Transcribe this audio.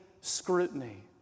scrutiny